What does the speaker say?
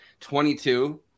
22